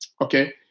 okay